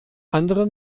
andere